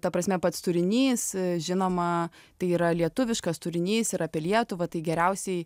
ta prasme pats turinys žinoma tai yra lietuviškas turinys ir apie lietuvą tai geriausiai